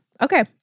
Okay